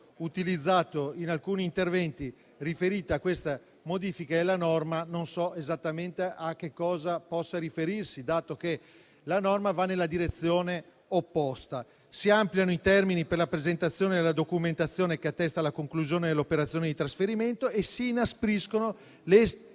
utilizzato in alcuni interventi riferito a questa modifica della norma non so esattamente a cosa possa riferirsi, dato che la norma va nella direzione opposta. Si ampliano i termini per la presentazione della documentazione che attesta la conclusione dell'operazione di trasferimento e si inaspriscono le